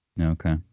okay